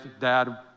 dad